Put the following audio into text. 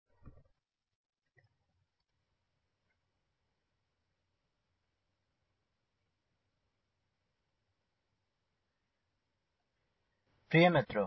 प्रिय मित्रों